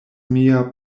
mia